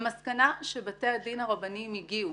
המסקנה שבתי הדין הרבניים הגיעו,